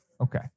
Okay